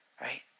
right